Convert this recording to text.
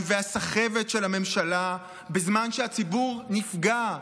והסחבת של הממשלה בזמן שהציבור נפגע,